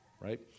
right